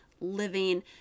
living